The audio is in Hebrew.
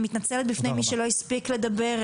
אני מתנצלת בפני מי שלא הספיק לדבר,